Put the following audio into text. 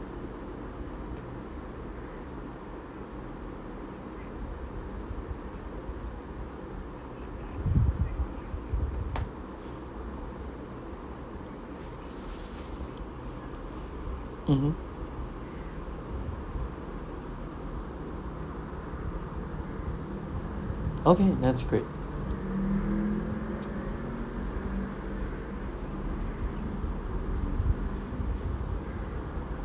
mmhmm okay that's great